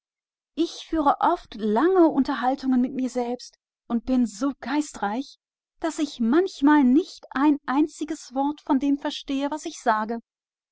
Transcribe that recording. ich führe oft lange unterhaltungen mit mir selber und ich bin so gescheit daß ich manchmal nicht ein wort von all dem verstehe was ich sage